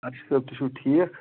اَرشِد صٲب تُہۍ چھُو ٹھیٖک